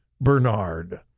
Bernard